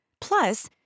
Plus